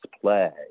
play